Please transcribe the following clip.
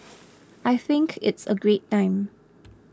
I think it's a great time